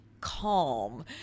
calm